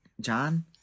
John